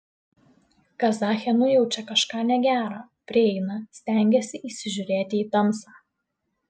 kazachė nujaučia kažką negera prieina stengiasi įsižiūrėti į tamsą